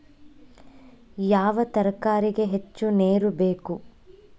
ಯಾವ ತರಕಾರಿಗೆ ಹೆಚ್ಚು ನೇರು ಬೇಕು?